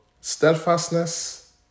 steadfastness